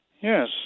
Yes